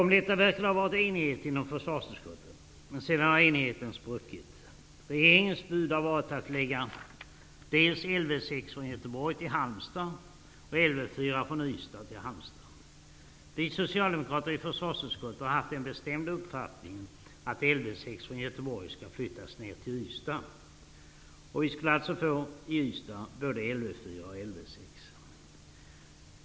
Om detta verkar det ha varit enighet inom försvarsutskottet. Men sedan har enigheten spruckit. Regeringens bud har varit att flytta dels Lv 6 från Halmstad. Vi socialdemokrater i försvarsutskottet har haft den bestämda uppfattningen att Lv 6 i Göteborg skall flyttas ned till Ystad. Vi skulle alltså i Ystad få både Lv 4 och Lv 6.